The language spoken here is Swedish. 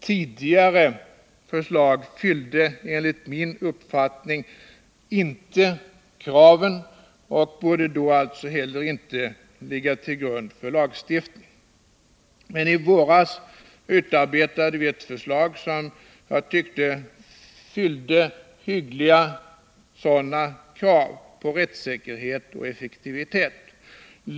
Tidigare förslag fyllde enligt min uppfattning inte kraven och borde alltså heller inte ligga till grund för lagstiftning. Men i våras utarbetade vi ett förslag som jag tyckte fyllde rimliga krav på rättssäkerhet och effektivitet.